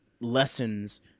lessons